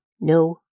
No